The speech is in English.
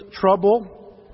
trouble